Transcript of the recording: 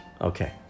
Okay